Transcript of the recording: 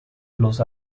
los